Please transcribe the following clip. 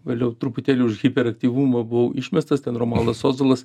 gal jau truputėlį už hiperaktyvumą buvau išmestas ten romualdas ozolas